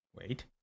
Wait